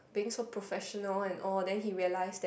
being so professional and all then he realise that